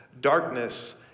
Darkness